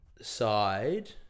side